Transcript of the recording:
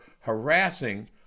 harassing